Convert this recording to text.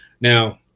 now